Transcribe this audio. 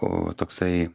o toksai